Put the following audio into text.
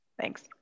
Thanks